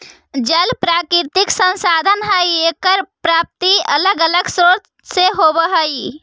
जल प्राकृतिक संसाधन हई एकर प्राप्ति अलग अलग स्रोत से होवऽ हई